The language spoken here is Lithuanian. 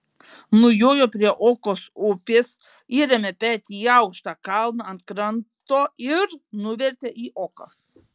nujojo prie okos upės įrėmė petį į aukštą kalną ant kranto ir nuvertė į oką